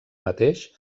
mateix